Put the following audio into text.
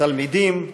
תלמידים,